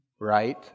Right